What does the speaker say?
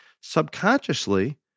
Subconsciously